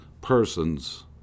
person's